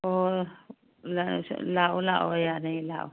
ꯑꯣ ꯂꯥꯛꯑꯣ ꯂꯥꯛꯑꯣ ꯌꯥꯅꯤ ꯂꯥꯛꯑꯣ